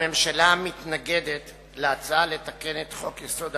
הממשלה מתנגדת להצעה לתקן את חוק-יסוד: